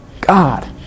God